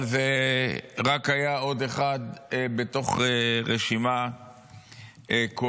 אבל זה היה רק עוד אחד מתוך רשימה כואבת.